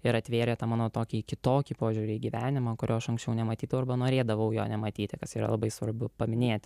ir atvėrė tą mano tokį kitokį požiūrį į gyvenimą kurio aš anksčiau nematydavau arba ne rėdavau jo nematyti kas yra labai svarbu paminėti